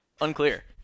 Unclear